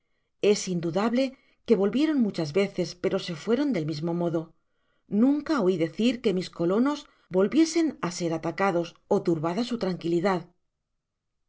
es indudable que volvieron muchas veces pero se fueron dei mismo modo nunca oi decir que mis colonos volviesen á ser atacado ó turbada su tranquilidad